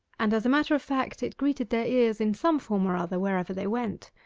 and as a matter of fact, it greeted their ears in some form or other wherever they went.